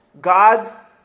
God's